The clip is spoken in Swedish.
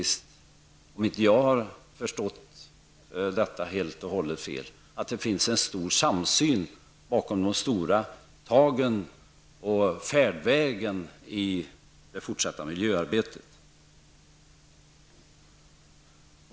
Såvitt jag förstår föreligger det nu en stor samsyn om tagen och om färdvägen i det fortsatta miljöarbetet.